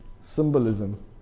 symbolism